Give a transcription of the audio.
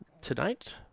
tonight